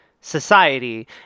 society